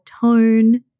tone